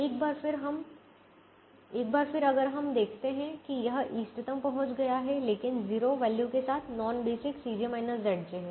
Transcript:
एक बार फिर अगर हम देखते हैं कि यह इष्टतम पहुँच गया है लेकिन 0 वैल्यू के साथ नॉन बेसिक है